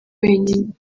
wenyine